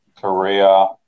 Korea